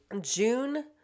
June